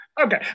okay